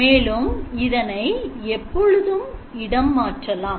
மேலும் இதனை எப்பொழுதும் இடம் மாற்றலாம்